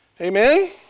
Amen